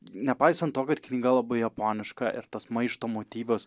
nepaisant to kad knyga labai japoniška ir tas maišto motyvas